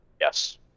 Yes